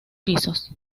pisos